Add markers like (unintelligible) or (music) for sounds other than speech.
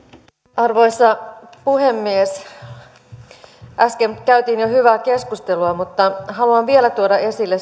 arvoisa puhemies äsken käytiin jo hyvää keskustelua mutta haluan vielä tuoda esille (unintelligible)